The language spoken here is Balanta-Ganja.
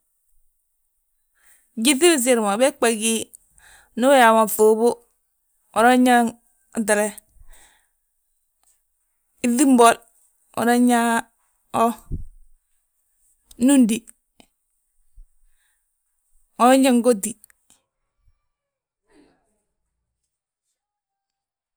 Gyíŧi bisiri ma bégbà gí, ndu uyaa mo ŧuubu, unan yaa hentele, yíŧi mbol, unan yaa ho núndi, unan yaa ngóti.